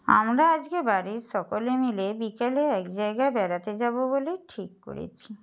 আমরা আজকে বাড়ির সকলে মিলে বিকেলে এক জায়গায় বেড়াতে যাবো বলে ঠিক করেছি